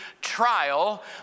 trial